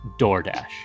DoorDash